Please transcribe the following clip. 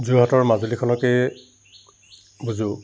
যোৰহাটৰ মাজুলীখনকে বুজোঁ